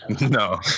No